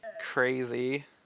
crazy